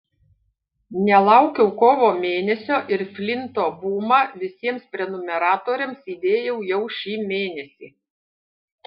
nelaukiau kovo mėnesio ir flinto bumą visiems prenumeratoriams įdėjau jau šį mėnesį